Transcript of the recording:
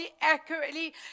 accurately